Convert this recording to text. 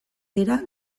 dira